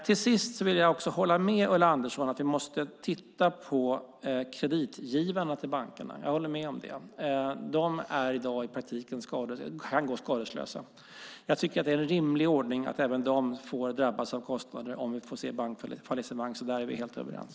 Till sist håller jag med Ulla Andersson om att vi måste titta på kreditgivarna till bankerna. De kan i dag i praktiken gå skadeslösa. Jag tycker att det är en rimlig ordning att även de får drabbas av kostnader om vi får se ett bankfallissemang, så där är vi helt överens.